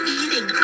eating